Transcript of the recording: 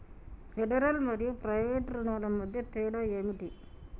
Federal మరియు private రుణాల మధ్య తేడా ఏమిటి?